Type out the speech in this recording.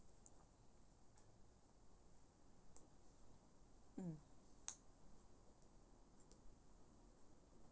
mm